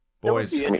boys